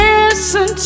Listen